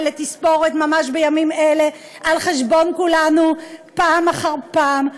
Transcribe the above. לתספורת ממש בימים אלה על חשבון כולנו פעם אחר פעם,